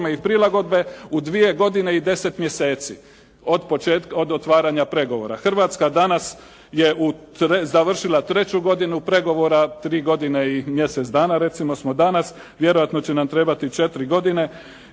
Hrvatska danas je u, završila treću godinu pregovora, 3 godine i mjesec dana recimo smo danas. Vjerojatno će nam trebati 4 godine